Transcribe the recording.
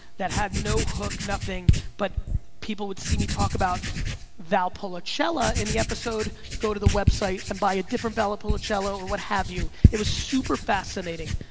that had no hook, nothing but people would see me talk about valpolicella in the episode, go to the website and buy a different valpolicella or what have you, it was super fascinating.